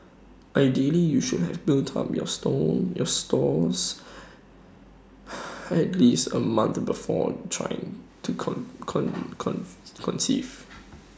ideally you should have built up your store your stores at least A month before trying to conceive